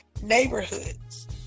neighborhoods